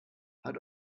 hat